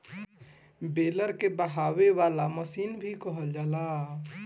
baler के बहावे वाला मशीन भी कहल जाला